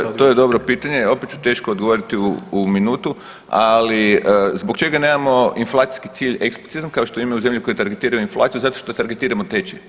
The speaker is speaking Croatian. Evo, to je, to je dobro pitanje, opet ću teško odgovoriti u minutu, ali zbog čega nema inflacijski cilj eksplicitno kao što imaju zemlje koje targetiraju inflaciju zato što targetiramo tečaj.